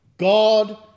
God